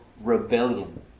rebellion